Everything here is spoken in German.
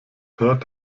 hört